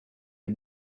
est